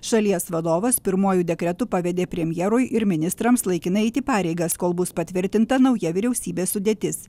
šalies vadovas pirmuoju dekretu pavedė premjerui ir ministrams laikinai eiti pareigas kol bus patvirtinta nauja vyriausybės sudėtis